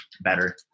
better